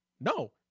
No